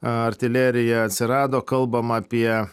artilerija atsirado kalbam apie